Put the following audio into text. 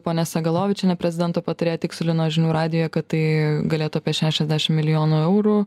ponia segalovičienė prezidento patarėja tikslino žinių radijuje kad tai galėtų apie šešiasdešim milijonų eurų